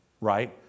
Right